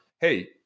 hey